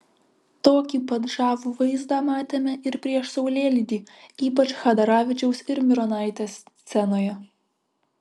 tokį pat žavų vaizdą matėme ir prieš saulėlydį ypač chadaravičiaus ir mironaitės scenoje